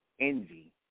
envy